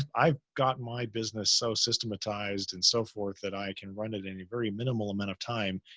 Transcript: i've gotten my business so systematized and so forth that i can run it any very minimal amount of time.